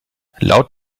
laut